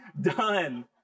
done